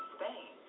Spain